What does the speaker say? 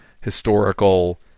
historical